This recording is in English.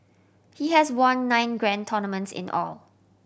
he has won nine grand tournaments in all